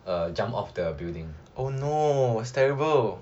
err jumped off the building